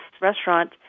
restaurant